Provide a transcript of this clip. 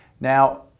Now